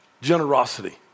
generosity